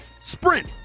Sprint